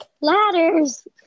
Ladders